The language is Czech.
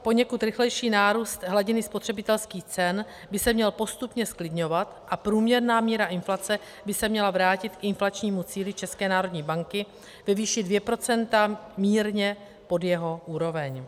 Poněkud rychlejší nárůst hladiny spotřebitelských cen by se měl postupně zklidňovat a průměrná míra inflace by se měla vrátit k inflačnímu cíli České národní banky ve výši 2 % mírně pod jeho úroveň.